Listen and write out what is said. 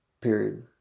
period